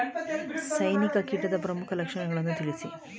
ಸೈನಿಕ ಕೀಟದ ಪ್ರಮುಖ ಲಕ್ಷಣಗಳನ್ನು ತಿಳಿಸಿ?